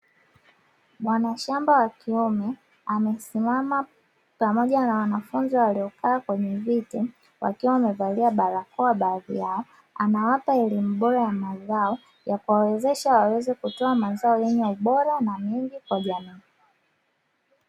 Mwanashamba wa kiume amesimama pamoja na wanafunzi waliokaa kwenye viti, wakiwa wamevalia barakoa baadhi yao, anawapa elimu bora ya mazao ya kuwawezesha waweze kutoa mazao yenye ubora, na mengi kwa jamii.